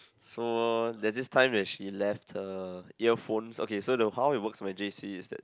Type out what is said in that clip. so there's this time when she left her earphones okay so the how it works my j_c is that